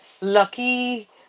lucky